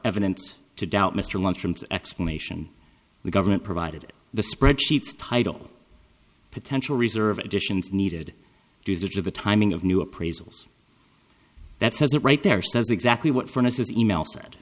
evidence to doubt mr lunchrooms explanation the government provided the spreadsheets title potential reserve additions needed due to the timing of new appraisals that says it right there says exactly what for us is e mail said